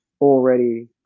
already